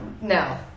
No